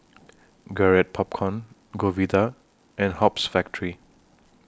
Garrett Popcorn Godiva and Hoops Factory